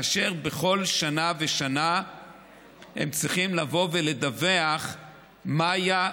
ובכל שנה ושנה הם צריכים לבוא ולדווח מה היה,